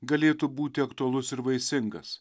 galėtų būti aktualus ir vaisingas